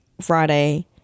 Friday